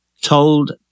told